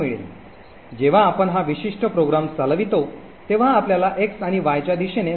जेव्हा आपण हा विशिष्ट प्रोग्राम चालवितो तेव्हा आपल्याला एक्स आणि वाय च्या दिशेने जाता येते